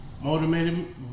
motivated